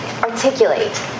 articulate